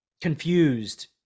confused